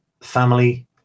Family